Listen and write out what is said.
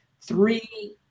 three